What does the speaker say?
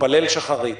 התפלל שחרית,